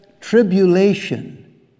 tribulation